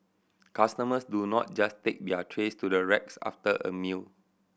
customers do not just take their trays to the racks after a meal